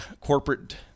corporate